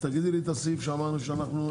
תגידי לי את הסעיף שאמרנו שאנחנו הולכים להצביע בעד.